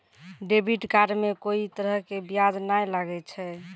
debit card मे कोई तरह के ब्याज नाय लागै छै